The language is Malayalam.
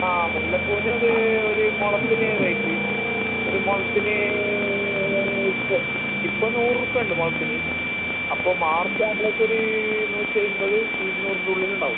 ആ മുല്ലപ്പൂവിനൊരു ഒരു മുഴത്തിന് റേറ്റ് ഒരു മുഴത്തിന് ഇപ്പോൾ ഇപ്പം നൂറ് റുപ്യ ഉണ്ട് മുഴത്തിന് അപ്പം മാർച്ച് ആവുമ്പോളേക്ക് ഒരു നൂറ്റൻപത് ഇരുനൂറിന്റുള്ളിൽ ഉണ്ടാവും